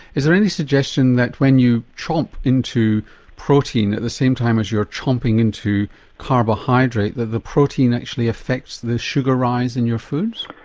is there any suggestion that when you chomp into protein at the same time as you're chomping into carbohydrate that the protein actually affects the sugar rise in your foods?